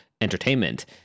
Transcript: entertainment